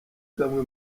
kamwe